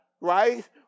right